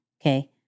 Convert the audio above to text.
okay